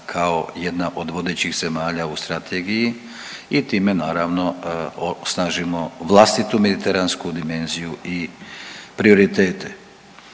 kao jedna od vodećih zemalja u strategiji i time naravno osnažimo vlastitu mediteransku dimenziju i prioritet,